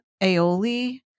aioli